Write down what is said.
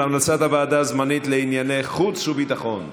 אנחנו מצביעים על המלצת הוועדה הזמנית לענייני חוץ וביטחון.